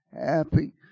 happy